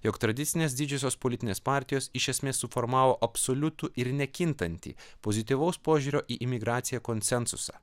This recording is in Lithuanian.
jog tradicinės didžiosios politinės partijos iš esmės suformavo absoliutų ir nekintantį pozityvaus požiūrio į imigraciją konsensusą